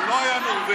זה לא היה נורבגי.